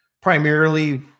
primarily